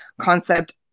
concept